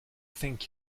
think